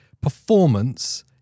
performance